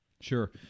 Sure